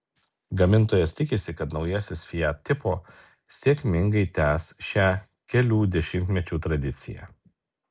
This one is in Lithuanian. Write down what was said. gamintojas tikisi kad naujasis fiat tipo sėkmingai tęs šią kelių dešimtmečių tradiciją